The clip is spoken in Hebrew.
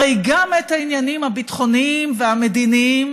הרי גם את הענייניים הביטחוניים והמדיניים